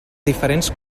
diferents